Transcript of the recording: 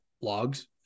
logs